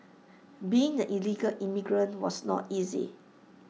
being the illegal immigrant was not easy